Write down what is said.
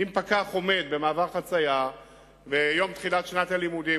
אם פקח עומד במעבר חצייה ביום תחילת הלימודים,